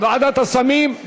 ועדת הסמים.